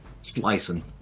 slicing